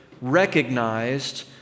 recognized